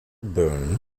byrne